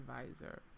advisor